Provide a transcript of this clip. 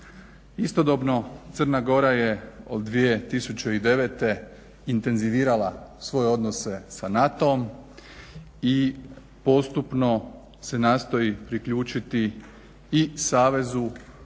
Istodobno Crna Gora je od 2009. intenzivirala svoje odnose sa NATO-om i postupno se nastoji priključiti i savezu